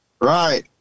Right